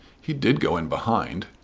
he did go in behind!